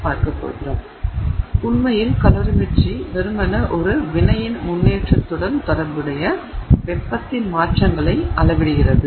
எனவே உண்மையில் கலோரிமீட்டரி வெறுமனே ஒரு வினையின் முன்னேற்றத்துடன் தொடர்புடைய வெப்பத்தின் மாற்றங்களை அளவிடுகிறது